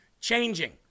changing